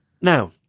Now